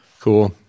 Cool